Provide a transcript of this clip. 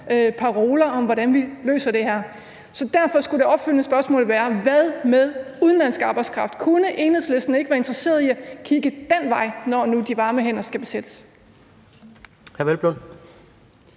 paroler om, hvordan vi løser det her. Derfor skal det opfølgende spørgsmål være: Hvad med udenlandsk arbejdskraft? Kunne Enhedslisten ikke være interesseret i at kigge den vej, når nu de varme hænder skal findes?